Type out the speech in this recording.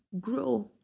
grow